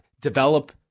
develop